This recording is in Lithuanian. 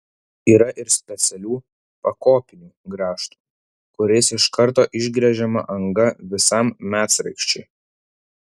yra ir specialių pakopinių grąžtų kuriais iš karto išgręžiama anga visam medsraigčiui